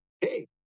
Hey